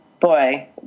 boy